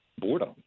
boredom